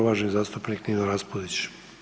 uvaženi zastupnik Nino Raspudić.